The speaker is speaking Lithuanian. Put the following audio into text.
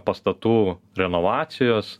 pastatų renovacijos